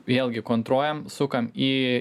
vėlgi kontruojam sukam į